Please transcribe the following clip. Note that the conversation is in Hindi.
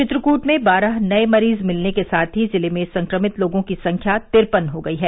चित्रकूट में बारह नए मरीज मिलने साथ ही जिले में संक्रमित लोगों की संख्या तिरपन हो गयी है